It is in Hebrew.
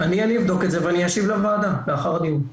אני אבדוק את זה ואני אשיב לוועדה, לאחר הדיון.